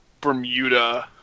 Bermuda